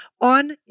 on